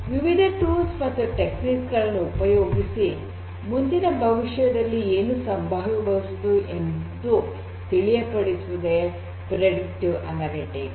ವಿವಿಧ ಉಪಕರಣ ಮತ್ತು ತಂತ್ರಗಳನ್ನು ಉಪಯೋಗಿಸಿ ಮುಂದೆ ಭವಿಷ್ಯದಲ್ಲಿ ಏನು ಸಂಭವಿಸಬಹುದು ಎಂದು ತಿಳಿಯಪಡಿಸುವುದೇ ಮುನ್ಸೂಚಕ ಅನಲಿಟಿಕ್ಸ್